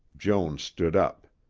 joan stood up.